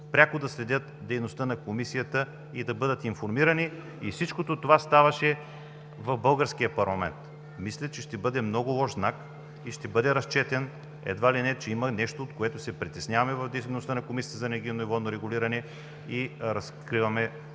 пряко да следят дейността на комисията и да бъдат информирани. Всичко това ставаше в българския парламент. Мисля, че ще бъде много лош знак и ще бъде разчетен, че едва ли не има нещо, от което се притесняваме в дейността на Комисията за енергийно и водно регулиране и разкриваме